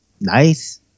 nice